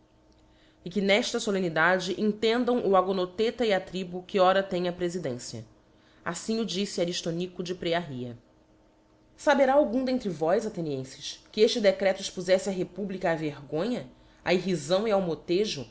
e que n efta folemnidade entendam o agonotheta e a tribu que ora tem a prefidencia aítim o dilfe ariftonico de phrearrhia saberá algum de entre vós athenienfes que efte decreto expozeífe a republica á vergonha á irrifáo e ao motejo